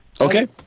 okay